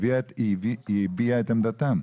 היא הביעה את עמדתם.